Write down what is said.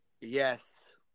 Yes